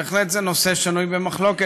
בהחלט זה נושא שנוי במחלוקת,